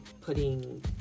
putting